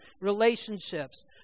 relationships